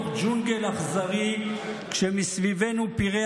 שאנחנו חיים בתוך ג'ונגל אכזרי כשמסביבנו פראי